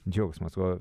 džiaugsmas o